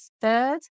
third